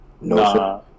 No